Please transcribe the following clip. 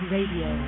Radio